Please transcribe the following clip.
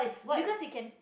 because you can